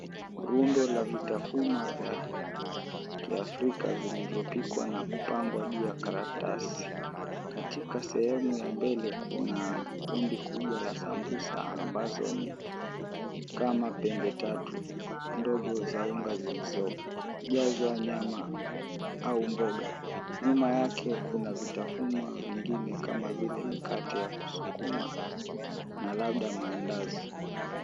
Rundo la vitafunwa vya kiafrika vilivyopikwa na kupangwa juu ya karatasi. Katika sehemu ya mbele kuna kundi kubwa la sambusa ambazo ni kama pembe tatu ndogo za unga zilizojazwa nyama au mboga. Nyuma yake kuna vitafunwa vingine kama vile mikate ya kusukuma na labda maandazi.